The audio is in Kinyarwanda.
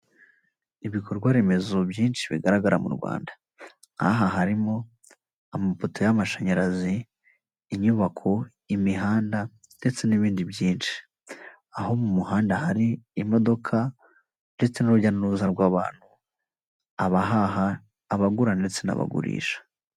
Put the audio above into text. Ibikorwa remezo byinshi bigaragara mu Rwanda, nk'aha harimo amapoto y'amashanyarazi, inyubako, imihanda ndetse n'ibindi byinshi. Aho mu muhanda hari imodoka ndetse n'urujya n'uruza rw'abantu; abahaha, abagura ndetse n'abagurisha.